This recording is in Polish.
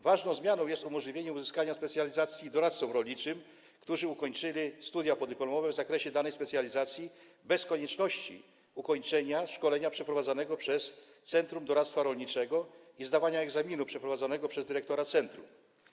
Ważną zmianą jest umożliwienie uzyskania specjalizacji doradcom rolniczym, którzy ukończyli studia podyplomowe w zakresie danej specjalizacji, bez konieczności ukończenia szkolenia przeprowadzanego przez Centrum Doradztwa Rolniczego i zdawania egzaminu przeprowadzanego przez dyrektora centrum.